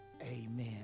Amen